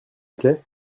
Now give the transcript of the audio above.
plait